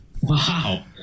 Wow